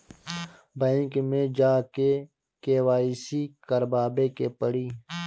Bank मे जा के के.वाइ.सी करबाबे के पड़ी?